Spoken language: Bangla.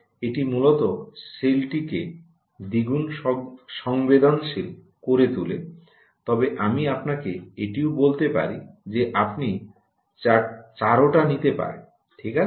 এটি মূলত সেলটিকে দ্বিগুণ সংবেদনশীল করে তোলে তবে আমি আপনাকে এটিও বলতে পারি যে আপনি 4 ওটা নিতে পারেন ঠিক আছে